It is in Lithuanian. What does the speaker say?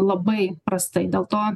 labai prastai dėl to